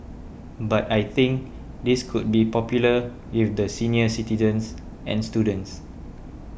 but I think this could be popular if the senior citizens and students